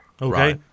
Okay